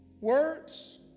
words